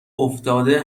افتاده